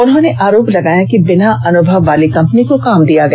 उन्होंने आरोप लगाया कि बिना अनुभव वाली कंपनी को काम दिया गया